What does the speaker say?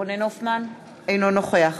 אינו נוכח